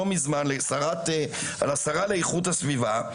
לא מזמן לשרה לאיכות הסביבה,